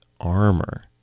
armor